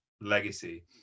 legacy